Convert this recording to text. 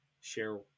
share